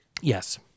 Yes